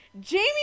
Jamie